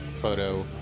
photo